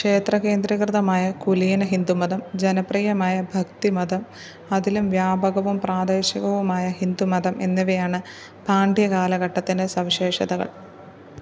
ക്ഷേത്ര കേന്ദ്രീകൃതമായ കുലീന ഹിന്ദു മതം ജനപ്രിയമായ ഭക്തി മതം അതിലും വ്യാപകവും പ്രാദേശികവുമായ ഹിന്ദു മതം എന്നിവയാണ് പാണ്ഡ്യ കാലഘട്ടത്തിന്റെ സവിശേഷതകൾ